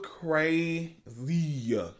crazy